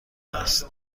است